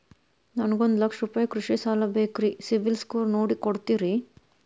ನನಗೊಂದ ಲಕ್ಷ ರೂಪಾಯಿ ಕೃಷಿ ಸಾಲ ಬೇಕ್ರಿ ಸಿಬಿಲ್ ಸ್ಕೋರ್ ನೋಡಿ ಕೊಡ್ತೇರಿ?